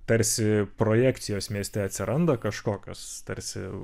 tarsi projekcijos mieste atsiranda kažkokios tarsi